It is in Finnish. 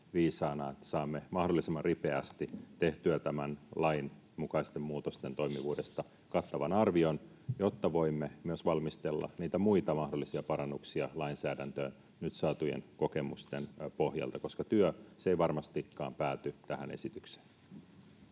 että saamme mahdollisimman ripeästi tehtyä tämän lain mukaisten muutosten toimivuudesta kattavan arvion, jotta voimme myös valmistella niitä muita mahdollisia parannuksia lainsäädäntöön nyt saatujen kokemusten pohjalta, koska työ ei varmastikaan pääty tähän esitykseen.